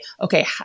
okay